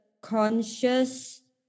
conscious